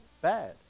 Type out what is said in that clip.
bad